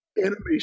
animation